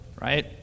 right